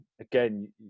again